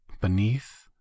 beneath